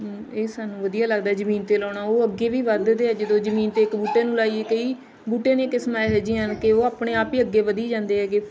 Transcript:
ਇਹ ਸਾਨੂੰ ਵਧੀਆ ਲੱਗਦਾ ਜ਼ਮੀਨ 'ਤੇ ਲਾਉਣਾ ਉਹ ਅੱਗੇ ਵੀ ਵੱਧਦੇ ਆ ਜਦੋਂ ਜ਼ਮੀਨ 'ਤੇ ਇੱਕ ਬੂਟੇ ਨੂੰ ਲਾਈਏ ਕਈ ਬੂਟਿਆਂ ਦੀਆਂ ਕਿਸਮਾਂ ਇਹੋ ਜਿਹੀਆਂ ਹਨ ਕਿ ਉਹ ਆਪਣੇ ਆਪ ਹੀ ਅੱਗੇ ਵਧੀ ਜਾਂਦੇ ਹੈਗੇ